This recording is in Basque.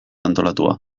antolatua